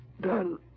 done